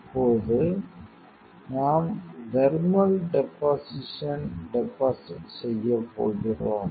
இப்போது நாம் thermal deposition deposit FL செய்ய போகிறோம்